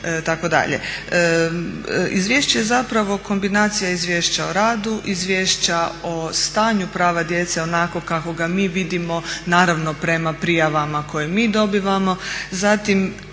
Izvješće je zapravo kombinacija izvješća o radu, izvješća o stanju prava djece onako kako ga mi vidimo, naravno prema prijavama koje mi dobivamo,